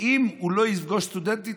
אם הוא לא יפגוש סטודנטית,